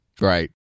Right